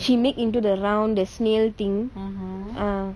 she make into the round the snail thing ah